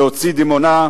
להוציא דימונה,